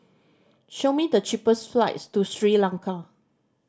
show me the cheapest flights to Sri Lanka